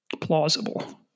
plausible